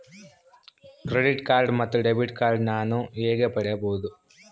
Credit card ಮತ್ತು debit card ನಾನು ಹೇಗೆ ಪಡೆಯಬಹುದು?